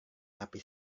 tapi